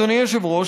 אדוני היושב-ראש,